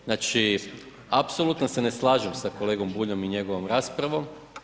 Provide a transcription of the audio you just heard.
Znači apsolutno se ne slažem sa kolegom Buljem i njegovom raspravom.